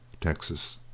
Texas